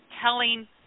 telling